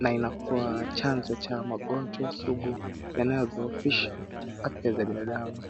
na inakuwa chanzo cha magonjwa sugu yanayodhoofisha afya za binadamu.